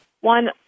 one